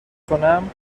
کنم